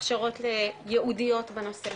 הכשרות ייעודיות בנושא,